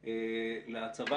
נלך עד הסוף,